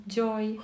joy